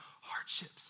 hardships